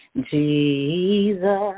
Jesus